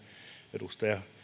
edustaja